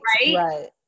Right